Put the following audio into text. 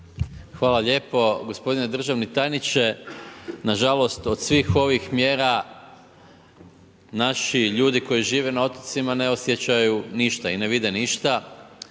Hvala lijepo. Gospodine državni tajniče, nažalost od svih ovih mjera naši ljudi koji žive na otocima ne osjećaju ništa i ne vide ništa